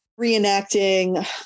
reenacting